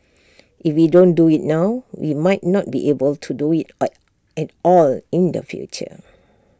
if we don't do IT now we might not be able do IT at IT all in the future